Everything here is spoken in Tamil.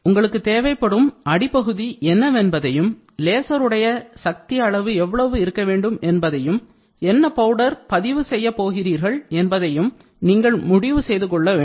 உங்களுக்கு தேவைப்படும் அடிப்பகுதி என்னவென்பதையும் லேசர் உடைய சக்தி அளவு எவ்வளவு இருக்க வேண்டும் என்பதையும் என்ன பவுடரை பதிவு செய்யப் போகிறீர்கள் என்பதையும் நீங்கள் முடிவு செய்து கொள்ள வேண்டும்